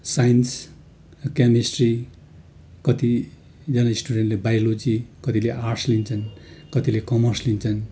science chemistry कतिजना स्टुडेन्टले biology कतिले आर्ट्स लिन्छन् कतिले कमर्स लिन्छन्